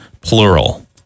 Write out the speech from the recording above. plural